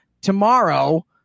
tomorrow